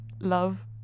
love